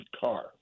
car